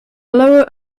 lower